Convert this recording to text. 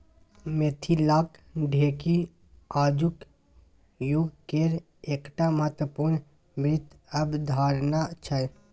मिथिलाक ढेकी आजुक युगकेर एकटा महत्वपूर्ण वित्त अवधारणा छै